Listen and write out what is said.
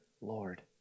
Lord